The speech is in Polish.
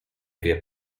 wie